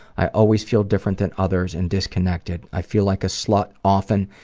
i always feel different than others and disconnected. i feel like a slut often,